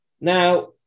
Now